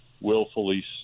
willfully